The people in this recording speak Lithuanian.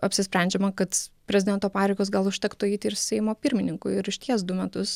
apsisprendžiama kad prezidento pareigos gal užtektų eiti ir seimo pirmininkui ir išties du metus